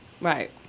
Right